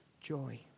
joy